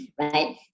right